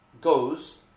goes